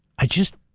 i just,